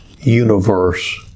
universe